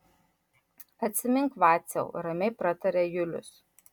atsimink vaciau ramiai prataria julius